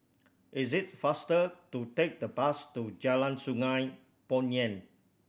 it is faster to take the bus to Jalan Sungei Poyan